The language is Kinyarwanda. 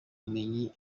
ubumenyi